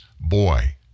boy